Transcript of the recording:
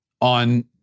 on